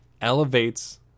Elevates